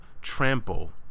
trample